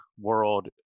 world